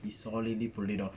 he solidly pull it off